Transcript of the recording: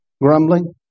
grumbling